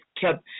kept